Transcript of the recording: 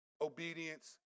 obedience